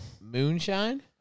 Moonshine